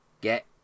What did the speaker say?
get